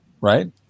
right